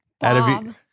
Bob